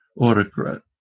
autocrat